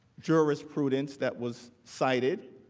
jurisprudence that was cited.